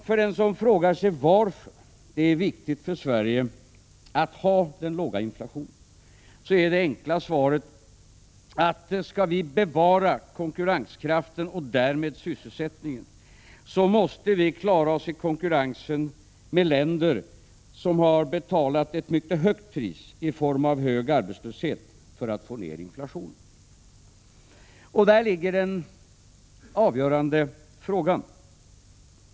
För den som frågar sig varför det är viktigt för Sverige att ha låg inflation är det enkla svaret att om vi skall bevara konkurrenskraften och därmed sysselsättningen måste vi klara oss i konkurrensen med länder som har betalat ett mycket högt pris i form av hög arbetslöshet för att få ner inflationen. Där ligger en avgörande fråga.